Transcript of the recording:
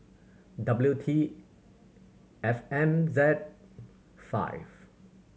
W T F M Z five